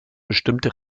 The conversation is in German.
bestimmte